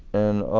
and